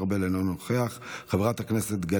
חבר הכנסת ניסים ואטורי,